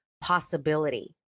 possibility